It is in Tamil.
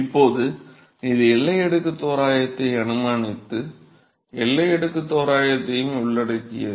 இப்போது இது எல்லை அடுக்கு தோராயத்தை அனுமானித்து எல்லை அடுக்கு தோராயத்தையும் உள்ளடக்கியது